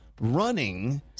running